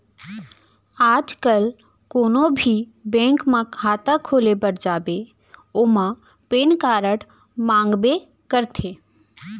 आज काल कोनों भी बेंक म खाता खोले बर जाबे ओमा पेन कारड मांगबे करथे